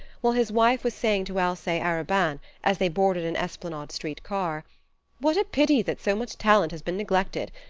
while his wife was saying to alcee arobin, as they boarded an esplanade street car what a pity that so much talent has been neglected!